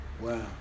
Wow